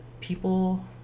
people